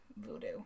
voodoo